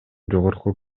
жогорку